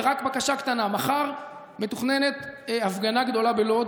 ורק בקשה קטנה: מחר מתוכננת הפגנה גדולה בלוד.